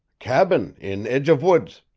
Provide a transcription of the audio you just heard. cabin in edge of woods,